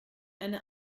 eine